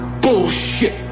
bullshit